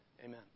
Amen